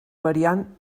variant